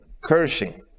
cursing